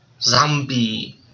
Zombie